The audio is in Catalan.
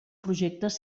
projectes